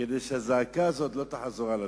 כדי שהזעקה הזאת לא תחזור על עצמה.